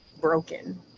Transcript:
broken